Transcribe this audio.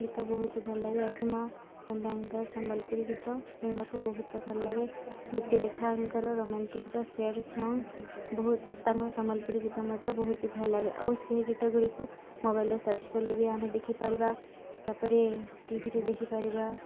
ଗୀତ ବହୁତ ଭଲ ଲାଗେ ଅସୀମା ପଣ୍ଡାଙ୍କର ସମ୍ବଲପୁରୀ ଗୀତ ଶୁଣିବାକୁ ବହୁତ ଭଲ ଲାଗେ ଦୀପ୍ତିରେଖାଙ୍କର ରୋମାଣ୍ଟିକ ଗୀତ ସ୍ୟାଡ଼ ସଙ୍ଗ ବହୁତ ତାଙ୍କର ସମ୍ବଲପୁରୀ ଗୀତ ମଧ୍ୟ ବହୁତ ଭଲ ଲାଗେ ଆଉ ସେ ଗୀତ ଗୁଡ଼ିକୁ ମୋବାଇଲରେ ସର୍ଚ୍ଚ କଲେ ବି ଆମେ ଦେଖିପାରିବା ତାପରେ ଟିଭିରେ ଦେଖିପାରିବା